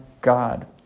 God